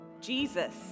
Jesus